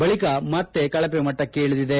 ಬಳಿಕ ಮತ್ತೆ ಕಳಪೆ ಮಟ್ಟಕ್ಕೆ ಇಳಿದಿದೆ